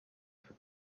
for